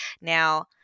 Now